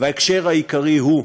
וההקשר העיקרי הוא,